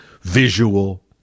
visual